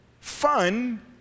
fun